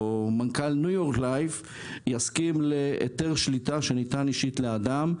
ניו-יורק לייף יסכים להיתר שליטה שניתן אישית לאדם,